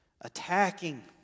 attacking